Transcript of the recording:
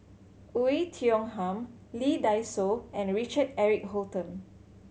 Oei Tiong Ham Lee Dai Soh and Richard Eric Holttum